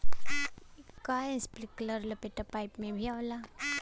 का इस्प्रिंकलर लपेटा पाइप में भी आवेला?